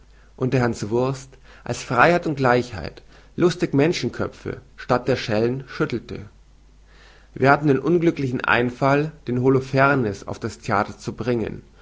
und der hanswurst als freiheit und gleichheit lustig menschenköpfe statt der schellen schüttelte wir hatten den unglücklichen einfall den holofernes auf das theater zu bringen